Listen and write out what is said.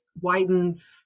widens